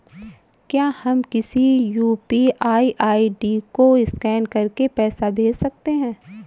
क्या हम किसी यू.पी.आई आई.डी को स्कैन करके पैसे भेज सकते हैं?